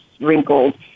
wrinkled